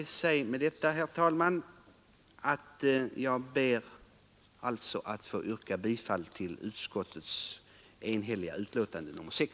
Med detta, herr talman, ber jag att få yrka bifall till utskottets hemställan i betänkande nr 6.